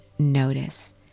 Notice